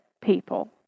people